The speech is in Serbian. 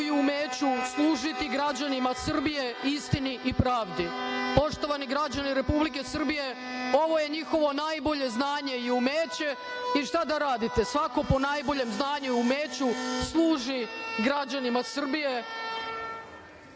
i umeću služiti građanima Srbije i istini i pravdi. Poštovani građani Republike Srbije, ovo je njihovo najbolje znanje i umeće i šta da radite, svako ponajboljem znanju i umeću služi građanima Srbije,